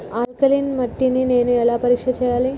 Alkaline మట్టి ని నేను ఎలా పరీక్ష చేయాలి?